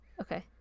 Okay